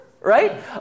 Right